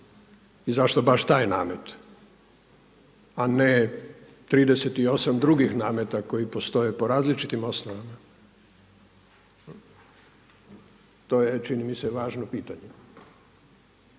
I zašto baš taj namet a ne 38 drugih nameta koji postoje po različitim osnovama? To je čini mi se važno pitanje.